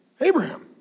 Abraham